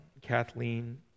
Kathleen